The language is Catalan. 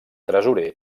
tresorer